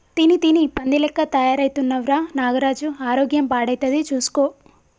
తిని తిని పంది లెక్క తయారైతున్నవ్ రా నాగరాజు ఆరోగ్యం పాడైతది చూస్కో